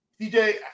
DJ